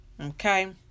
Okay